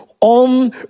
On